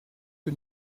que